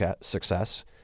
success